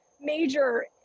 major